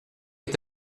est